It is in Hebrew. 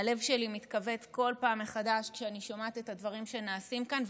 הלב שלי מתכווץ כל פעם מחדש כשאני שומעת את הדברים שנעשים כאן.